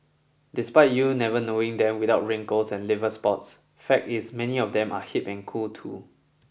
despite you never knowing them without wrinkles and liver spots fact is many of them are hip and cool too